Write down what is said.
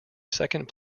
second